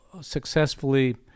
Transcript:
successfully